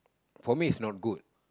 for me is not good